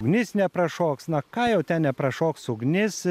ugnis neprašoks na ką jau ten neprašoks ugnis